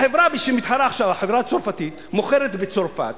החברה שמתחרה עכשיו, החברה הצרפתית, מוכרת בצרפת